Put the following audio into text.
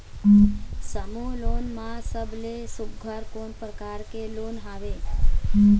समूह लोन मा सबले सुघ्घर कोन प्रकार के लोन हवेए?